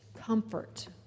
comfort